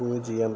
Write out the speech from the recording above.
பூஜ்ஜியம்